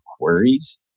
queries